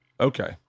Okay